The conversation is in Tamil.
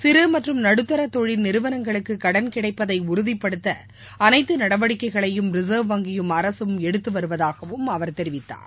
சிறு மற்றும் நடுத்தா தொழில் நிறுவனங்களுக்கு கடன் கிடைப்பதை உறுதிப்படுத்த அனைத்து நடவடிக்கைகளையும் ரிசர்வ் வங்கியும் அரசும் எடுத்து வருவதாகவும் அவர் தெரிவித்தார்